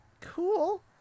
cool